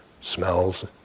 smells